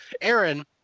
Aaron